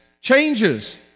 changes